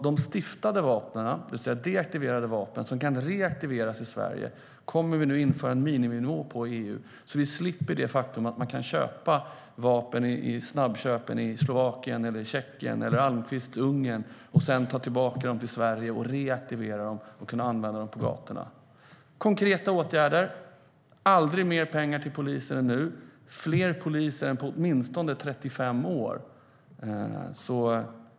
De stiftade vapnen, det vill säga deaktiverade vapen som kan reaktiveras i Sverige, kommer vi att införa en miniminivå på i EU så att vi slipper det faktum att man kan köpa vapen i snabbköpen i Slovakien, Tjeckien eller Almqvists Ungern och sedan ta tillbaka dem till Sverige, reaktivera dem och använda dem på gatorna. Det här är konkreta åtgärder. Det har aldrig varit mer pengar till polisen än nu. Det är fler poliser än på åtminstone 35 år.